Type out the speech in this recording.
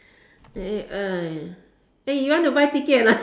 !aiya! eh you want to buy ticket or not